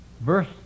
Verse